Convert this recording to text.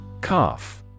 Cough